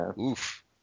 oof